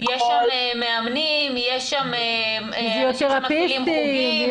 יש שם מאמנים, יש שם אנשים שמפעילים חוגים.